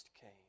came